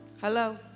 Hello